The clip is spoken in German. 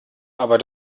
aber